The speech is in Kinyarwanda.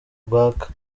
rwaka